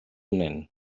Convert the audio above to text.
nen